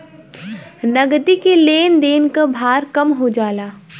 नगदी के लेन देन क भार कम हो जाला